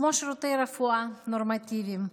כמו שירותי רפואה נורמטיביים,